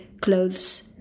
clothes